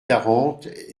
quarante